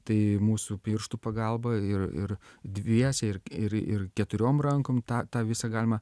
tai mūsų pirštų pagalba ir ir dviese ir ir ir keturiom rankom tą tą visą gamą